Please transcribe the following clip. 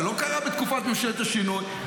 זה לא קרה בתקופת ממשלת השינוי,